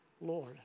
Lord